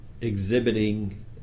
exhibiting